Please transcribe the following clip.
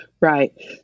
Right